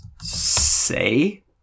say